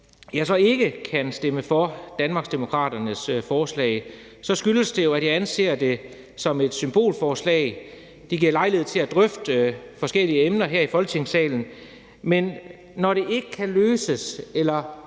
jeg så ikke kan stemme for Danmarksdemokraternes forslag, skyldes det jo, at jeg anser det som et symbolforslag. Det giver lejlighed til at drøfte forskellige emner her i Folketingssalen, men når det ikke kan løses eller,